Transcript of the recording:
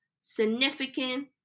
significant